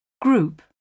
Group